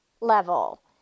level